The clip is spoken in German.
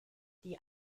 die